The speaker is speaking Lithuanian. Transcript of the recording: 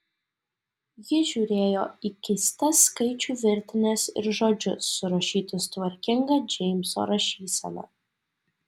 ji žiūrėjo į keistas skaičių virtines ir žodžius surašytus tvarkinga džeimso rašysena